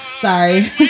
Sorry